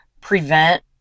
prevent